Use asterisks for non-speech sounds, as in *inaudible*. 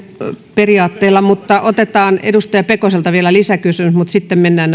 periaatteella mutta otetaan edustaja pekoselta vielä lisäkysymys sitten mennään *unintelligible*